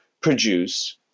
produce